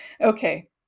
okay